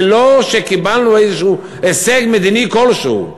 ללא שקיבלנו הישג מדיני כלשהו.